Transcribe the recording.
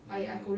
mm